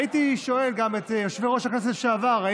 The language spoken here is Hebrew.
הייתי שואל גם את יושבי-ראש הכנסת לשעבר אם